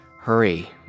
Hurry